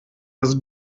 das